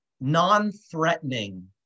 non-threatening